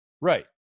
right